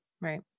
Right